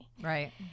Right